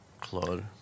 Claude